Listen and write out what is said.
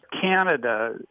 Canada